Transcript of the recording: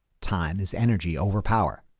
time is energy overpower.